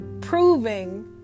proving